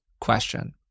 question